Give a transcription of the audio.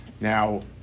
Now